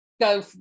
go